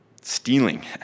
stealing